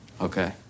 Okay